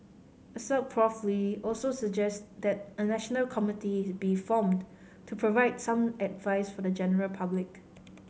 assoc Prof Lee also suggests that a national committee is be formed to provide some advice for the general public